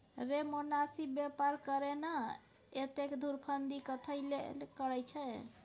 रे मोनासिब बेपार करे ना, एतेक धुरफंदी कथी लेल करय छैं?